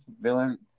villain